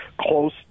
close